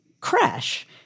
crash